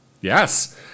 Yes